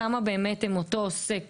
כמה הם אותו עוסק